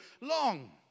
long